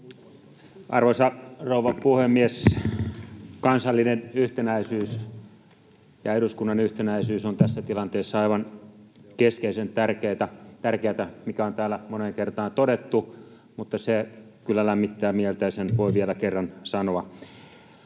Arvoisa rouva puhemies! Kansallinen yhtenäisyys ja eduskunnan yhtenäisyys ovat tässä tilanteessa aivan keskeisen tärkeitä, mikä on täällä moneen kertaan todettu, mutta se kyllä lämmittää mieltä ja sen voi vielä kerran sanoa.